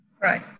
Right